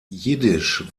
jiddisch